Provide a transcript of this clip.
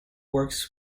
works